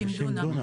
50 דונם.